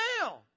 now